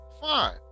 fine